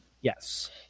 Yes